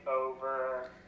over